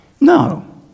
No